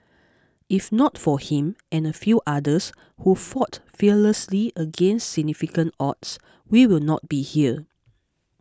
if not for him and a few others who fought fearlessly against significant odds we will not be here